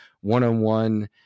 one-on-one